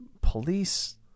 police